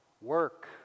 work